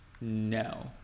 No